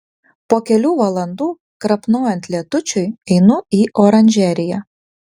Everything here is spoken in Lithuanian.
po kelių valandų krapnojant lietučiui einu į oranžeriją